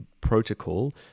protocol